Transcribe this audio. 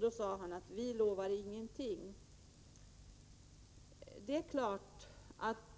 Han sade: Vi lovar ingenting.